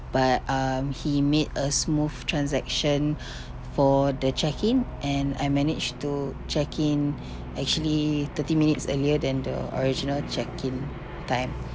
but um he made a smooth transaction for the check in and I managed to check in actually thirty minutes earlier than the original check in time